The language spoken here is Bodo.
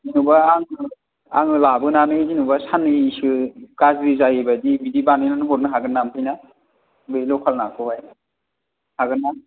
जेन'बा आङो आङो लाबोनानै जेन'बा साननै सो गाज्रि जायै बादि बिदि बानायनानै हरनो हागोन ना ओमफ्रायना बे लखेल ना खौ हाय हागोन ना